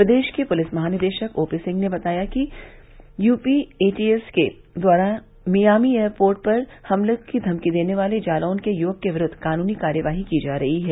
प्रदेश के पुलिस महानिदेशक ओपी सिंह ने बताया कि यूपी एटीएस के द्वारा मियामी एयरपोर्ट पर हमले की धमकी देने वाले जालौन के युवक के विरूद्व कानूनी कार्रवाई की जा रही है